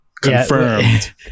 confirmed